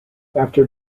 after